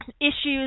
issues